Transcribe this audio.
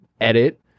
edit